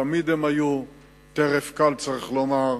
תמיד הם היו טרף קל, צריך לומר,